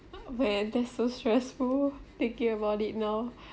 where that's so stressful thinking about it now